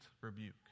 rebuke